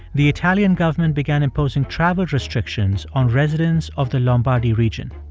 the italian government began imposing travel restrictions on residents of the lombardy region.